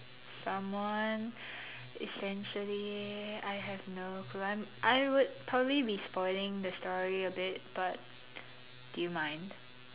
someone essentially I have known but I'm I would probably spoiling the story a bit but do you mind